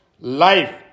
life